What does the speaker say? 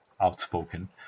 outspoken